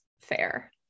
fair